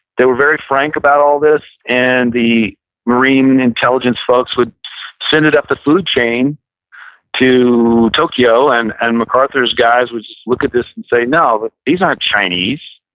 they were very frank about all this and the marine intelligence folks would send it up the food chain to tokyo and and macarthur's guys would look at this and say, no, but these aren't chinese.